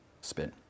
spin